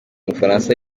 bufaransa